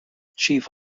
chief